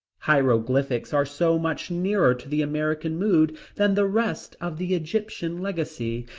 hieroglyphics are so much nearer to the american mood than the rest of the egyptian legacy,